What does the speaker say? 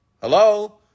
Hello